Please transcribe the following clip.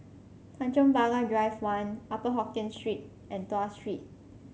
Tanjong Pagar Drive One Upper Hokkien Street and Tuas Street